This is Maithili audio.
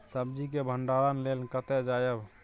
सब्जी के भंडारणक लेल कतय जायब?